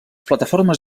plataformes